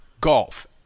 golf